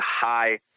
high